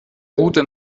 route